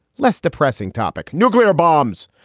less depressing topic. nuclear bombs.